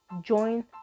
join